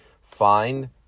find